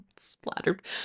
Splattered